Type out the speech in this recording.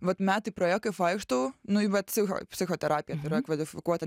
vat metai praėjo kaip vaikštau nu į vat psicho psichoterapiją tai yra kvalifikuota